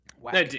Wow